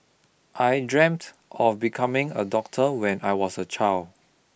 I dreamt of becoming a doctor when I was a child